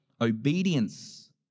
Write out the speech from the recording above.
Obedience